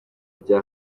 bya